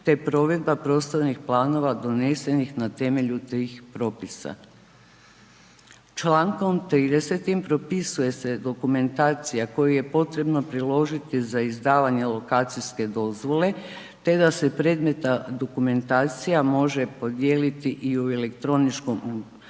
te provedba prostornih planova donesenih na temelju tih propisa. Čl. 30. propisuje se dokumentacija koju je potrebno priložiti za izdavanje lokacijske dozvole, te da se predmetna dokumentacija može podijeliti i u elektroničkom obliku